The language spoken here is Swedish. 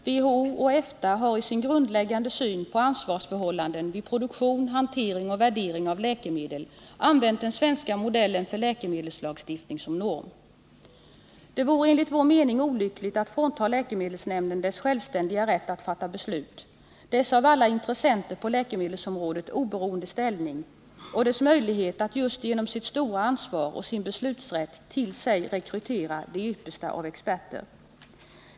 WHO och EFTA hari sin grundläggande syn på ansvarsförhållandena vid produktion, hantering och värdering av läkemedel använt den svenska modellen för läkemedelslagstiftning som norm. Det vore enligt vår mening olyckligt att frånta läkemedelsnämnden dess självständiga rätt att fatta beslut, dess av alla intressenter på läkemedelsområdet oberoende ställning och dess möjlighet att just genom sitt stora ansvar och sin beslutanderätt till sig rekrytera de yppersta av experter.